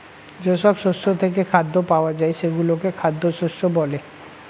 যেসব শস্য থেকে খাদ্য পাওয়া যায় সেগুলোকে খাদ্য শস্য বলে